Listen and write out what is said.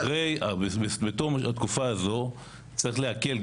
בתום התקופה הזו צריך לעכל,